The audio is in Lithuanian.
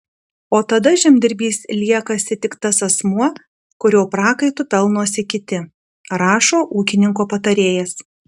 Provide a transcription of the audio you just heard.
o tada žemdirbys liekasi tik tas asmuo kurio prakaitu pelnosi kiti rašo ūkininko patarėjas